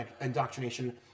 indoctrination